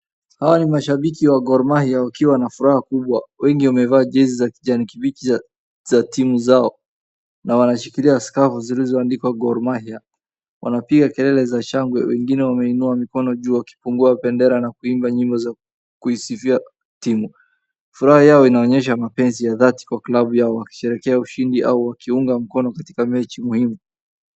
Hawa ni mashabiki wa Gor Mahia wakiwa na furaha kubwa. Wengi wamevaa jezi za kijani kibichi za timu zao na wanashikilia skafu zilizoandikwa Gor Mahia. Wanapiga kelele za shangwe, wengine wameinua mikono juu wakipungua bendera na kuimba nyimbo za kuisifia timu. Furaha yao inaonyesha mapenzi ya dhati kwa klabu yao wakisherehekea ushindi au wakiiunga mkono katika mechi muhimu.